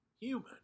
human